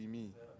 me